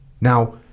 Now